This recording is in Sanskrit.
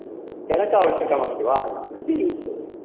चणक आवश्यकमस्ति वा कति